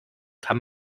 kann